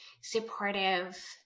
supportive